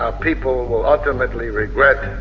ah people will ultimately regret.